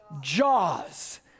Jaws